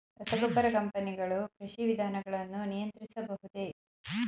ರಸಗೊಬ್ಬರ ಕಂಪನಿಗಳು ಕೃಷಿ ವಿಧಾನಗಳನ್ನು ನಿಯಂತ್ರಿಸಬಹುದೇ?